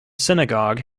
synagogue